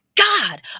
God